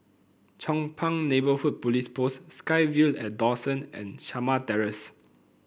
Chong Pang Neighbourhood Police Post SkyVille At Dawson and Shamah Terrace